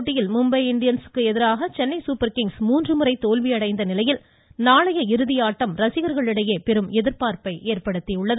போட்டியில் மும்பை இண்டியன்ஸுக்கு எதிராக சென்னை சூப்பர் கிங்ஸ் மூன்று முறை தோல்வியடைந்த நிலையில் நாளைய இறுதி ஆட்டம் ரசிகர்களிடையே பெரும் எதிர்பார்ப்பை ஏற்படுத்தியுள்ளது